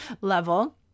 level